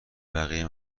بقیه